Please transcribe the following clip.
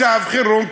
מצב חירום כלכלי.